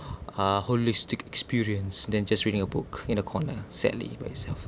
uh holistic experience than just reading a book in a corner sadly myself